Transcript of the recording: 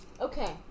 Okay